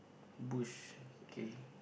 bush okay